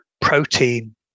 protein